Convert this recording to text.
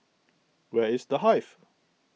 where is the Hive